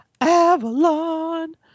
Avalon